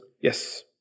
Yes